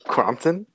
Crompton